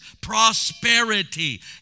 prosperity